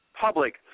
public